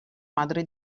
madre